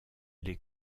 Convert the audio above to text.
les